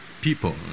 people